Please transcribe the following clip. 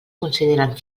consideraran